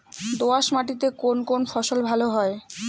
দোঁয়াশ মাটিতে কোন কোন ফসল ভালো হয়?